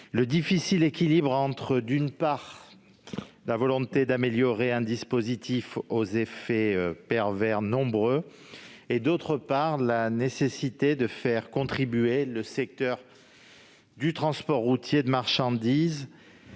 le difficile équilibre entre, d'une part, la volonté d'améliorer un dispositif aux effets pervers nombreux, et, d'autre part, la nécessité de faire contribuer le secteur du transport routier de marchandises